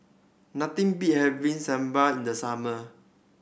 nothing beat having Sambar in the summer